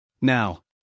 Now